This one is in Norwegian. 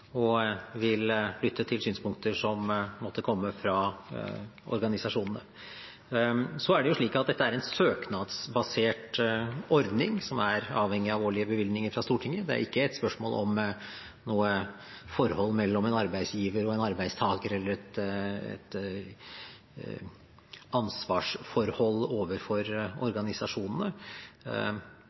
og vil lytte til synspunkter som måtte komme fra organisasjonene. Så er det slik at dette er en søknadsbasert ordning som er avhengig av årlige bevilgninger fra Stortinget. Det er ikke et spørsmål om noe forhold mellom en arbeidsgiver og en arbeidstaker, eller et ansvarsforhold overfor organisasjonene.